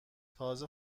تازه